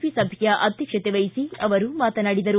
P ಸಭೆಯ ಅಧ್ಯಕ್ಷತೆವಹಿಸಿ ಅವರು ಮಾತನಾಡಿದರು